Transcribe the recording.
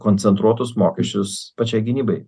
koncentruotus mokesčius pačiai gynybai